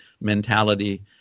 mentality